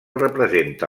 representa